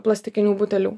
plastikinių butelių